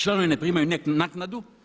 Članovi ne primaju naknadu.